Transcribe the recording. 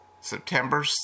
September